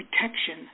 protection